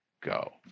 go